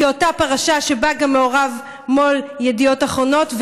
כאותה פרשה שבה גם מעורב מו"ל ידיעות אחרונות,